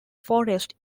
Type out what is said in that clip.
forest